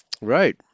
Right